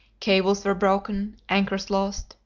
cables were broken, anchors lost,